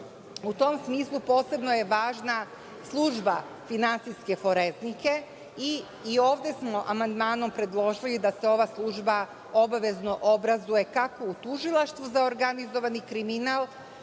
U tom smislu, posebno je važna služba finansijske foreznike i ovde smo amandmanom predložili da se ova služba obavezno obrazuje, kako u tužilaštvu za organizovani kriminal,